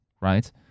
right